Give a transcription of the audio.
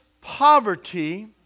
poverty